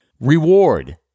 reward